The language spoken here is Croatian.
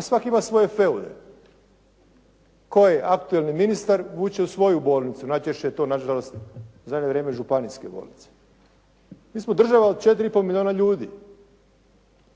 svak ima svoje feule koje aktualni ministar vuče u svoju bolnicu, najčešće je to na žalost u zadnje vrijeme županijske bolnice. Mi smo država od 4 i pol milijuna ljudi.